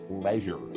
pleasure